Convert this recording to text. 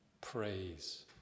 praise